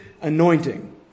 anointing